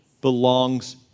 belongs